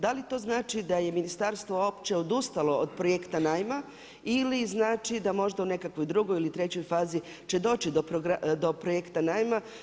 Da li to znači da je ministarstvo uopće odustalo od projekta najma ili znači da možda u nekakvoj drugoj ili trećoj fazi će doći do projekta najma.